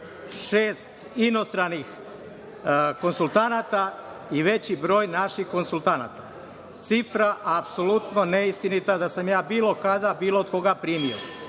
šest inostranih konsultanata i veći broj naših konsultanata. Cifra je apsolutno neistinita i da sam ja bila kada od bilo koga primio.